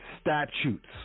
statutes